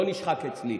לא נשחק אצלי.